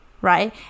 Right